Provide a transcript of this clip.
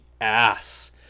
ass